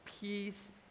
peace